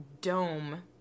dome